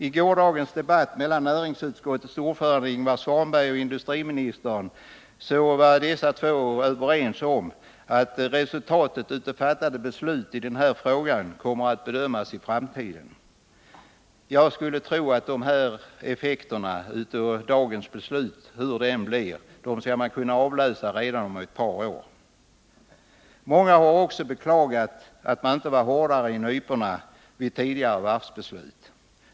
I gårdagens debatt mellan näringsutskottets ordförande Ingvar Svanberg och industriministern var dessa två överens om att resultaten av fattade beslut i den här frågan kommer att bedömas i framtiden. Jag skulle tro att effekterna av dagens beslut — hur det än blir — kommer att kunna avläsas redan om ett par år. Många har också beklagat att man inte var hårdare i nyporna vid tidigare varvsbeslut.